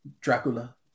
Dracula